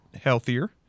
healthier